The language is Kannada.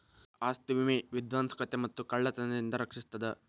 ಆಸ್ತಿ ವಿಮೆ ವಿಧ್ವಂಸಕತೆ ಮತ್ತ ಕಳ್ತನದಿಂದ ರಕ್ಷಿಸ್ತದ